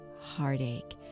heartache